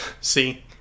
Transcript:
See